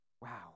Wow